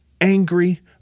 angry